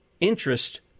interest